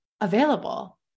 available